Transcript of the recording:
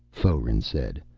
foeren said.